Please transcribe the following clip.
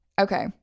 Okay